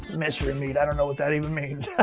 mystery meat i don't know what that even means. yeah